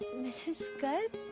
mrs. garg,